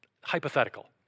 hypothetical